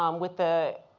um with the